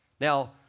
Now